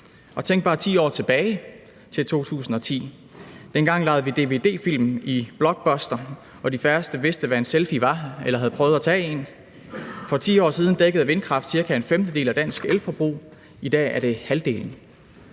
Tænk bare 10 år tilbage, til 2010. Dengang lejede vi dvd-film i Blockbuster, og de færreste vidste, hvad en selfie var eller havde prøvet at tage en. For 10 år siden dækkede vindkraft cirka en femtedel af dansk elforbrug, i dag er det halvdelen.